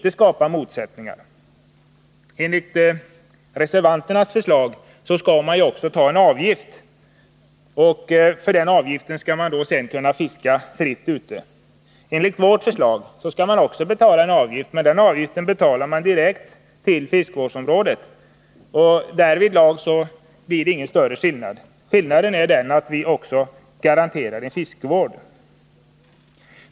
Enligt reservanternas förslag skall en avgift tas ut. För denna avgift skall man sedan kunna fiska fritt. Enligt vårt förslag skall också en avgift tas ut, men denna skall betalas direkt till fiskevårdsområdet. Därvidlag är det alltså inte fråga om någon större skillnad. Skillnaden är att vi också garanterar en fiskevård.